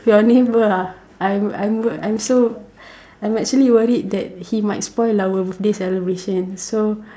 your neighbour ah I'm I'm so I'm actually worried that he might spoil our birthday celebration so